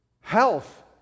health